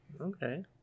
Okay